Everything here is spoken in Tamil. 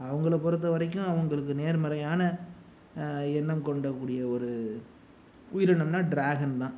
அவங்கள பொறுத்தவரைக்கும் அவங்களுக்கு நேர்மறையான எண்ணம் கொண்ட கூடிய ஒரு உயிரினம்னால் ட்ராகன் தான்